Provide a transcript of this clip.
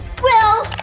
well,